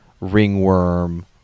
Ringworm